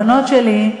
הבנות שלי,